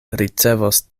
ricevos